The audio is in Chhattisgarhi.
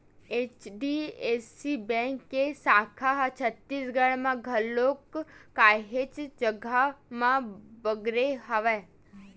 एच.डी.एफ.सी बेंक के साखा ह छत्तीसगढ़ म घलोक काहेच जघा म बगरे हवय